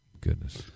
Goodness